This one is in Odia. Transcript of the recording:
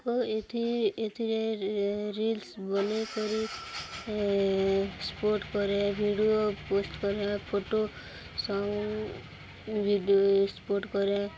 ଏଥି ଏଥିରେ ରିଲ୍ସ ବନେଇକରି ସ୍ପୋର୍ଟ କରେ ଭିଡ଼ିଓ ପୋଷ୍ଟ କରେ ଫଟୋ ସବୁ ଭିଡ଼ିଓ ସ୍ପୋର୍ଟ କରେ